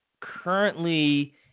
currently